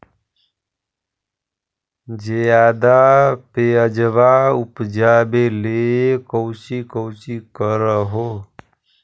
ज्यादा प्यजबा उपजाबे ले कौची कौची कर हो?